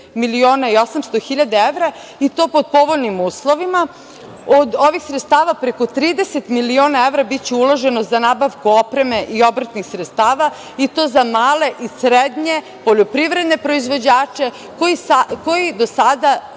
miliona i 800.000 evra i to pod povoljnim uslovima. Od ovih sredstava preko 30 miliona evra biće uloženo za nabavku opreme i obrtnih sredstava i to za male i srednje poljoprivredne proizvođače koji do sada,